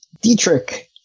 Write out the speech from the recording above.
dietrich